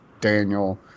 Daniel